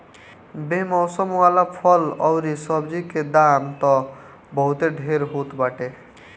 बेमौसम वाला फल अउरी सब्जी के दाम तअ बहुते ढेर होत बाटे